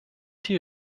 die